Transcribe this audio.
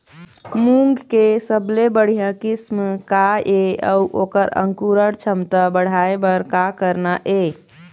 मूंग के सबले बढ़िया किस्म का ये अऊ ओकर अंकुरण क्षमता बढ़ाये बर का करना ये?